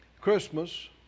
Christmas